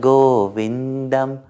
Govindam